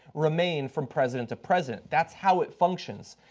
remain from president to president. that's how it functions.